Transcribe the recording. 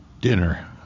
dinner